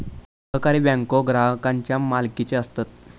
सहकारी बँको ग्राहकांच्या मालकीचे असतत